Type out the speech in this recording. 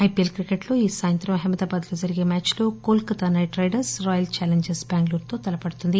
IPL cricket లో ఈ రోజు సాయంత్రం అహ్మదాబాద్ లో జరిగే మ్యాచ్ లో Kolkata Knight Riders Royal Challengers బెంగళూరుతో తలపడుతుంది